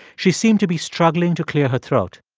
she seemed to be struggling to clear her throat.